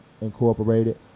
Incorporated